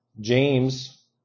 James